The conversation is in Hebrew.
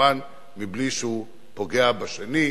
כמובן בלי שהוא פוגע בשני,